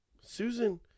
Susan